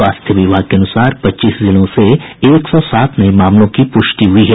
स्वास्थ्य विभाग के अनुसार पच्चीस जिलों से एक सौ सात नये मामलों की पुष्टि हुई है